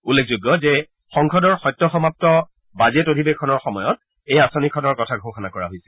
উল্লেখযোগ্য যে সংসদৰ সদ্য সমাপ্ত বাজেট অধিৱেশনৰ সময়ত এই আঁচনিখনৰ কথা ঘোষণা কৰা হৈছিল